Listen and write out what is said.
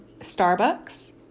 Starbucks